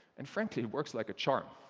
and frankly it works like a charm.